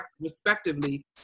respectively